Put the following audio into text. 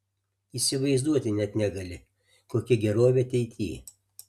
įsivaizduoti net negali kokia gerovė ateity